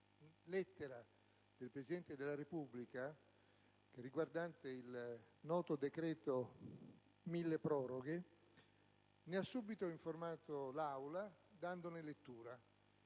lettera del Presidente della Repubblica riguardante il noto decreto milleproroghe, ne ha subito informato l'Assemblea, dandone lettura.